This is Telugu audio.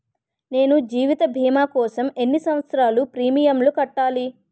నేను జీవిత భీమా కోసం ఎన్ని సంవత్సారాలు ప్రీమియంలు కట్టాలి?